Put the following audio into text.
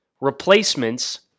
replacements